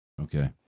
Okay